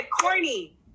corny